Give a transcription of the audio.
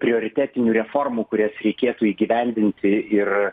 prioritetinių reformų kurias reikėtų įgyvendinti ir